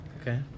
Okay